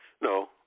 No